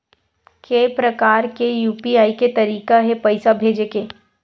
के प्रकार के यू.पी.आई के तरीका हे पईसा भेजे के?